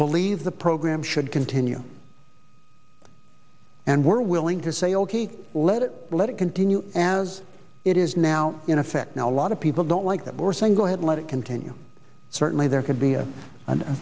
believe the program should continue and we're willing to say ok let it let it continue as it is now in effect now a lot of people don't like that we're saying go ahead and let it continue certainly there could be